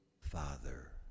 Father